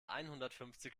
einhundertfünfzig